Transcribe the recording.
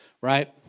Right